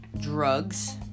drugs